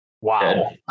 wow